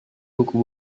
buku